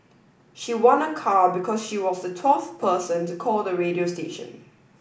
she won a car because she was the twelfth person to call the radio station